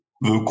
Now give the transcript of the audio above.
veut